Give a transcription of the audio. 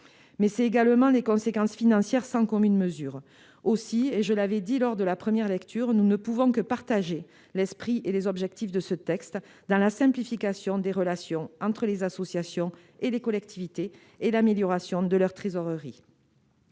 Il s'agit, ensuite, des conséquences financières sans commune mesure. Aussi, comme je l'avais dit lors de la première lecture, nous ne pouvons que partager l'esprit et les objectifs de ce texte dans la simplification des relations entre les associations et les collectivités et l'amélioration de leur trésorerie.